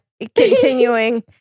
continuing